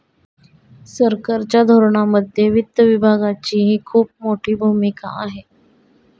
सरकारच्या धोरणांमध्ये वित्त विभागाचीही खूप मोठी भूमिका आहे